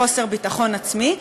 חוסר ביטחון עצמי,